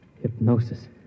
Hypnosis